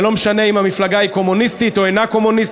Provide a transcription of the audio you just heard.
זה לא משנה אם המפלגה היא קומוניסטית או אינה קומוניסטית.